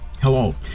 Hello